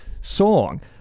song